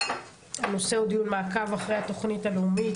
הנושא הוא דיון מעקב אחרי התוכנית הלאומית